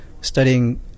studying